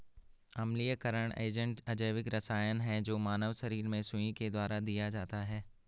अम्लीयकरण एजेंट अजैविक रसायन है जो मानव शरीर में सुई के द्वारा दिया जाता है